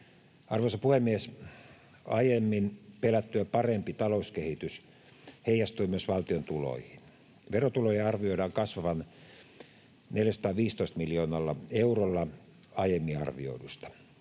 Arvoisa puhemies! Aiemmin pelättyä parempi talouskehitys heijastui myös valtion tuloihin. Verotulojen arvioidaan kasvavan 415 miljoonalla eurolla aiemmin arvioidusta.